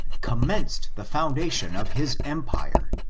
commenced the foundation of his em pire,